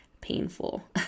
painful